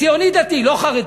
ציוני דתי, לא חרדי.